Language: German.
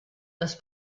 das